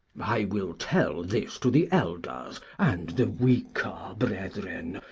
i will tell this to the elders and the weaker brethren,